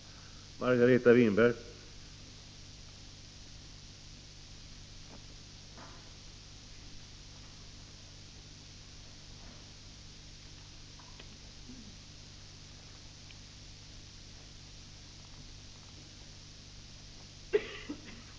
17 december 1985